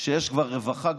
שיש כבר רווחה,